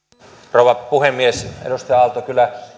rouva puhemies edustaja aalto kyllä